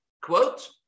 quote